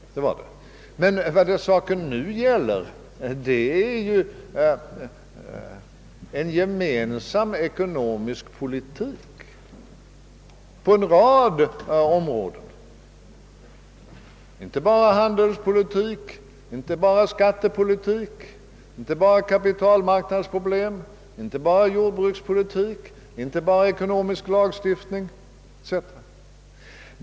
Men vad saken nu gäller är en gemensam ekonomisk politik på en rad områden. Det är inte bara fråga om exempelvis handelspolitik, skattepolitik, kapitalmarknadsproblem, jordbrukspolitik eller ekonomisk lagstiftning.